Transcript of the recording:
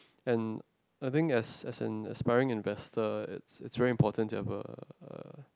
and I think as as an aspiring investor it's it's very important to have uh uh